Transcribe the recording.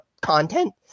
content